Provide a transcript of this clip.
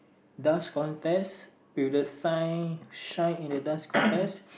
dust contest with the sign shine in the dust contest